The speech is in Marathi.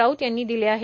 राऊत यांनी दिले आहेत